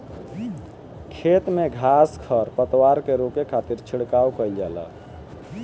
खेत में घास खर पतवार के रोके खातिर छिड़काव करल जाला